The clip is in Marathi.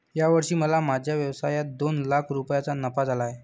या वर्षी मला माझ्या व्यवसायात दोन लाख रुपयांचा नफा झाला आहे